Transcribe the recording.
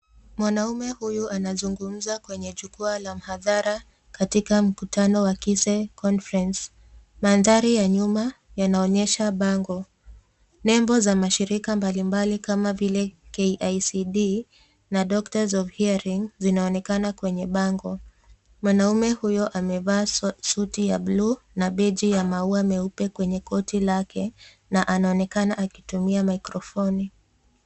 Mwanaume huyu anazungumza kwenye jukuwa la mahadhara katika mkutano wa Kisee Conference. Mandhari ya nyuma yanaonyesha bango, nembo za mashirika mbalimbali kama vile KICD na Doctors of hearing zinaonekana kwenye bango. Mwanaume huyu amevaa suti ya blu na beji ya maua meupe kwenye koti lake na anaonekana akitumia microfoni.